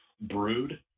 Brood